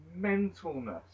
mentalness